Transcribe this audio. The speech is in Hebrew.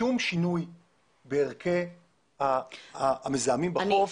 שום שינוי בהרכב המזהמים בחוף.